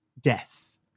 Death